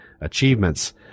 achievements